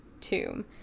tomb